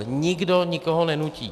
Nikdo nikoho nenutí.